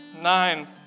nine